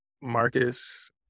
Marcus